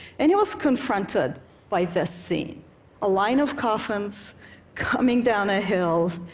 and he was confronted by this scene a line of coffins coming down a hill,